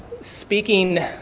speaking